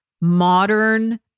modern